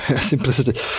simplicity